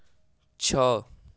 छः